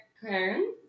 Karen